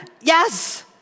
Yes